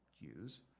use